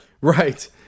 right